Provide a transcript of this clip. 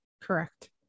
Correct